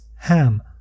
ham